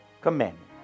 commandment